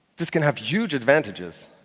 this can have huge advantages.